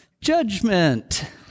judgment